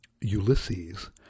Ulysses